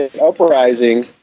uprising